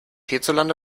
hierzulande